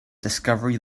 discovery